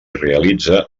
realitza